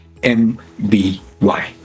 mby